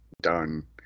done